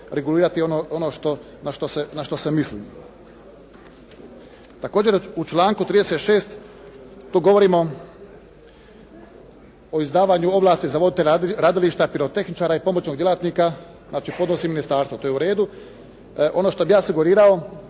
regulirati ono na što se misli. Također, u članku 36., tu govorimo o izdavanju ovlasti za voditelja radilišta pirotehničara i pomoćnog djelatnika, znači podnosi ministarstvo, to je u redu. Ono što bih ja sugerirao